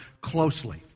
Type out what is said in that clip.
closely